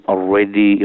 Already